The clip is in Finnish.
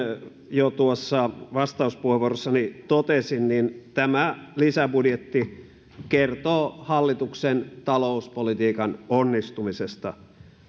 jo vastauspuheenvuorossani totesin niin tämä lisäbudjetti kertoo hallituksen talouspolitiikan onnistumisesta